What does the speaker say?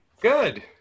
Good